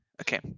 Okay